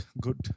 good